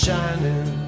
shining